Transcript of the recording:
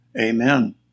Amen